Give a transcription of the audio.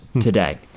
today